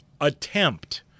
attempt